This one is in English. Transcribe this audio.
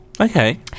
Okay